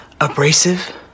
abrasive